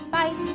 bye!